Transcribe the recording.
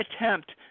attempt